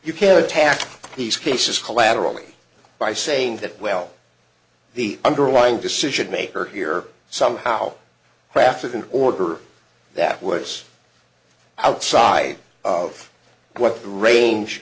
you can attack these cases collaterally by saying that well the underlying decision maker here somehow crafted an order that was outside of what the range